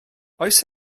oes